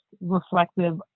reflective